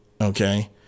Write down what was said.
Okay